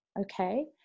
Okay